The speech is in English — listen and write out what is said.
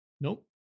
Nope